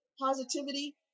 Positivity